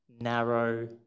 narrow